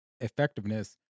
effectiveness